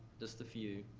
just a few.